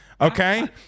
Okay